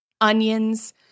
onions